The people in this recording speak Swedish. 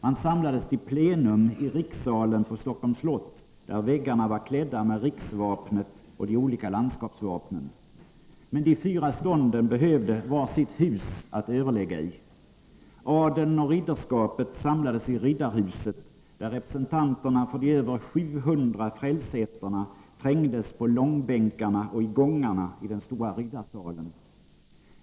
Man samlades till plenum i rikssalen på Stockholms slott, där väggarna var klädda med riksvapnet och de olika landskapsvapnen. Men de fyra stånden behövde var sitt hus att överlägga i. Adeln och ridderskapet samlades i Riddarhuset, där representanterna för de över 700 frälseätterna trängdes på långbänkarna och i gångarna i den stora riddarsalen.